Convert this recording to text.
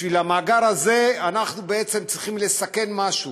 בשביל המאגר הזה אנחנו בעצם צריכים לסכן משהו,